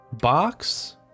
Box